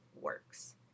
works